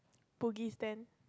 Bugis then